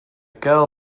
girl